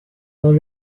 dans